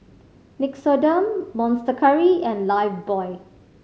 Nixoderm Monster Curry and Lifebuoy